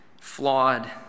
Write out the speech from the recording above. flawed